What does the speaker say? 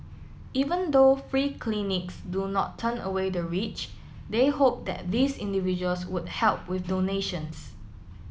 even though free clinics do not turn away the rich they hope that these individuals would help with donations